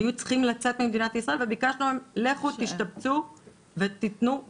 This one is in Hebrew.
הם היו צריכים לצאת מישראל וביקשנו מהם "לכו תשתבצו ותתנו מענה".